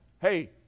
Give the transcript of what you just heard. Hey